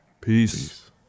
peace